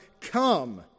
come